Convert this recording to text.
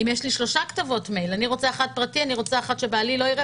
אם יש לי שלוש כתובות מייל אני רוצה אחד שבעלי לא יראה